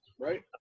right